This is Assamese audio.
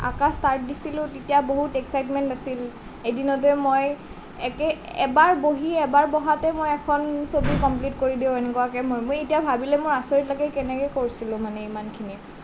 অঁকা ষ্টাৰ্ট দিছিলোঁ তেতিয়া বহুত এক্সাইটমেণ্ট আছিল এদিনতে মই একে এবাৰ বহিয়ে এবাৰ বহাতে মই এখন ছবি কমপ্লিট কৰি দিওঁ এনেকুৱাকৈ মই মই এতিয়া ভাবিলে মোৰ আচৰিত লাগে কেনেকৈ কৰিছিলোঁ মানে ইমানখিনি